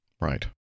Right